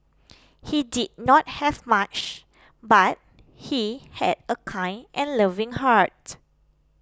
he did not have much but he had a kind and loving heart